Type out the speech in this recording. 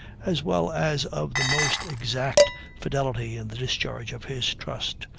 as well as of the most exact fidelity in the discharge of his trust.